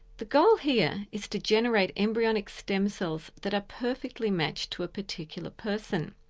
the goal here is to generate embryonic stem cells that are perfectly matched to a particular person.